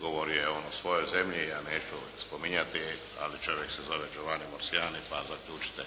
Govorio je on o svojoj zemlji, ja neću spominjati, ali čovjek je zove Giovanni Marciani pa zaključite.